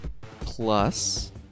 plus